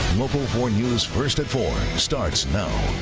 local four news first at four starts now.